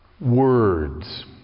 Words